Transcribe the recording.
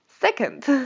Second